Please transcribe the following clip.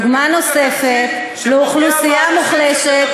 דוגמה נוספת לאוכלוסייה מוחלשת,